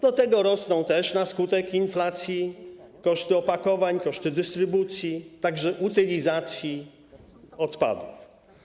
Do tego rosną też na skutek inflacji koszty opakowań, koszty dystrybucji, także utylizacji odpadów.